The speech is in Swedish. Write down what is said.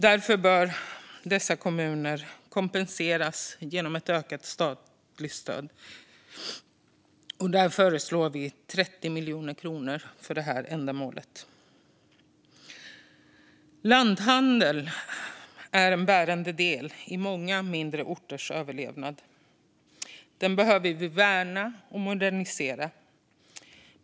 Därför bör dessa kommuner kompenseras genom ökat statligt stöd, och Vänsterpartiet föreslår 30 miljoner kronor för detta ändamål. Lanthandeln är en bärande del i många mindre orters överlevnad. Den behöver vi värna och modernisera.